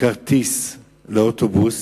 כרטיס לאוטובוס.